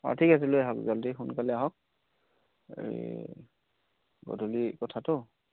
অঁ ঠিক আছে লৈ আহক জল্দি সোনকালে আহক এই গধূলিৰ কথাটো